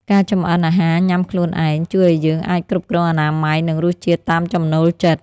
ការចម្អិនអាហារញ៉ាំខ្លួនឯង ជួយឱ្យយើងអាចគ្រប់គ្រងអនាម័យ និងរសជាតិតាមចំណូលចិត្ត។